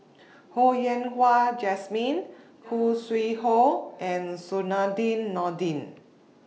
Ho Yen Wah Jesmine Khoo Sui Hoe and Zainudin Nordin